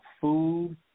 Food